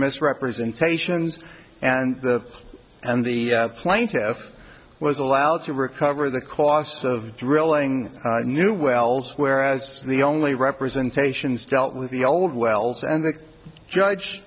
misrepresentations and the and the plaintiffs was allowed to recover the cost of drilling new wells whereas the only representations dealt with the old wells